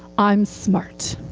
i'm smart.